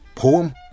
home